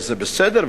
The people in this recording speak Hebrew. וזה בסדר,